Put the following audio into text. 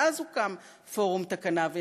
ואז הוקם פורום "תקנה".